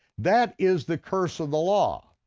that is the curse of the law.